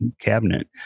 cabinet